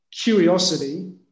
curiosity